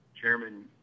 Chairman